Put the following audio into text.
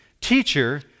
Teacher